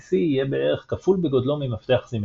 ECC יהיה בערך כפול בגודלו ממפתח סימטרי.